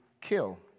kill